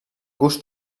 gust